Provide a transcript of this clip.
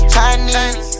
Chinese